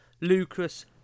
Lucas